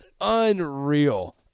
unreal